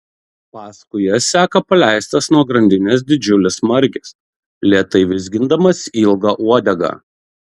paskui jas seka paleistas nuo grandinės didžiulis margis lėtai vizgindamas ilgą uodegą